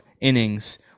innings